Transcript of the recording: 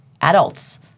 adults